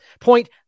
Point